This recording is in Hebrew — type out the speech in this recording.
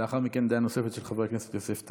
לאחר מכן, דעה נוספת של חבר הכנסת יוסף טייב.